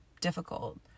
difficult